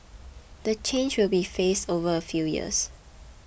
the change will be phased over a few years